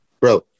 Bro